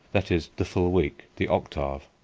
that is, the full week the octave.